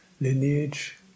lineage